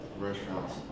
restaurants